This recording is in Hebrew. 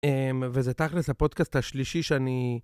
וזה תכלס לפודקאסט השלישי שאני...